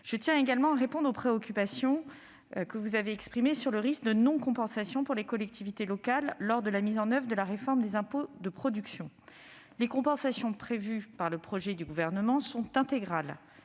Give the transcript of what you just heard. je tiens à répondre aussi aux préoccupations que vous avez exprimées sur le risque de non-compensation pour les collectivités territoriales dans le cadre de la mise en oeuvre de la réforme des impôts de production. Les compensations prévues par le projet du Gouvernement sont intégrales